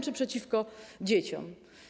Czy przeciwko dzieciom?